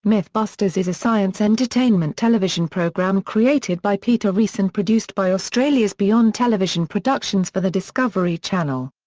mythbusters is a science entertainment television program created by peter rees and produced by australia's beyond television productions for the discovery channel.